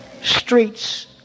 Streets